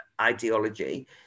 ideology